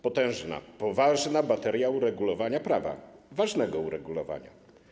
Potężna, poważna bateria uregulowania prawa, ważnego uregulowania.